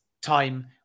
time